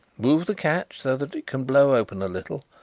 move the catch so that it can blow open a little,